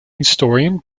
historian